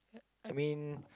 I mean